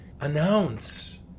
announce